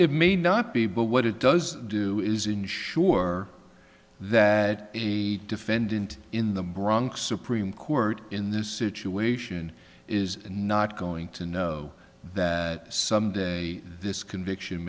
may not be but what it does do is ensure that a defendant in the bronx supreme court in this situation is not going to know that some day this conviction